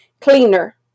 cleaner